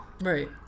Right